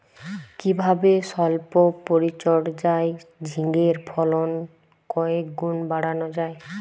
কিভাবে সল্প পরিচর্যায় ঝিঙ্গের ফলন কয়েক গুণ বাড়ানো যায়?